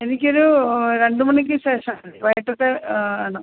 എനിക്കൊരു രണ്ട് മണിക്ക് ശേഷം വൈകിട്ടത് ആണ്